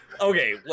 Okay